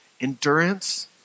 Endurance